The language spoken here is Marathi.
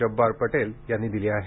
जब्बार पटेल यांनी दिली आहे